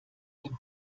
dem